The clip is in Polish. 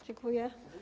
Dziękuję.